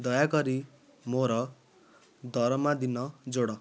ଦୟାକରି ମୋର ଦରମା ଦିନ ଯୋଡ଼